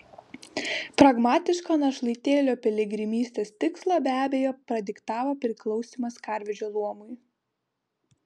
pragmatišką našlaitėlio piligrimystės tikslą be abejo padiktavo priklausymas karvedžio luomui